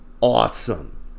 awesome